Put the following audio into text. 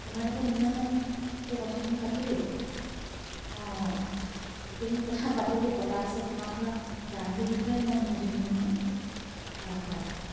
তোমাৰ লগত ইমান এতিয়া কথাখিনি পাতিলো অঁ গোটেইখিনি কথা পাতিলোঁ পতাৰ পাছত তোমাক ধৰা দামটোৰ বিষয়ে নুসুধিলোঁ নহয় হয় হয়